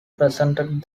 presented